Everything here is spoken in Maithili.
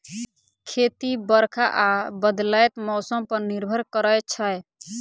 खेती बरखा आ बदलैत मौसम पर निर्भर करै छै